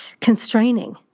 constraining